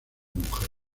mujer